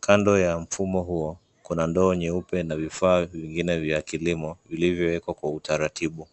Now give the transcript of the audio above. Kando ya mfumo huo, kuna ndoo nyeupe na vifaa vingine vya kilimo vilivyowekwa kwa utaratibu.